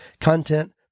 content